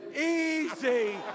Easy